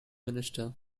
minister